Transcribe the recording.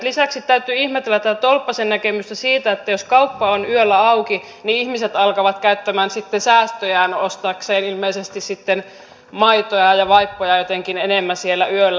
lisäksi täytyy ihmetellä tätä tolppasen näkemystä siitä että jos kauppa on yöllä auki niin ihmiset alkavat käyttämään sitten säästöjään ostaakseen ilmeisesti maitoa ja vaippoja jotenkin enemmän silloin yöllä